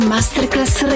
Masterclass